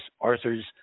Arthur's